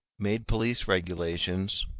made police regulations,